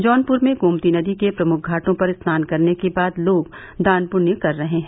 जौनपुर में गोमती नदी के प्रमुख घाटों पर स्नान करने के बाद लोग दान पुण्य कर रहे हैं